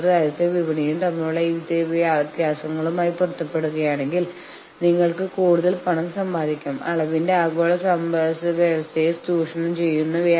അതിനാൽ യൂണിയൻ അംഗങ്ങൾക്ക് അതിജീവിക്കാൻ കഴിയുമെന്ന് ഉറപ്പുണ്ടെങ്കിൽ ഒരു നീണ്ട പണിമുടക്ക് നടത്താൻ യൂണിയൻ അംഗങ്ങളെ ബോധ്യപ്പെടുത്താൻ യൂണിയൻ നേതാക്കൾ ശ്രമിച്ചേക്കാം